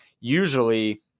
Usually